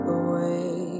away